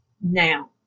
now